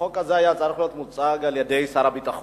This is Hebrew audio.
החוק הזה היה צריך להיות מוצג על-ידי שר הביטחון